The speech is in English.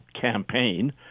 campaign